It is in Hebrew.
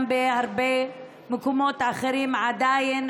התיישנות עבירות),